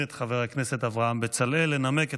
הכנסת.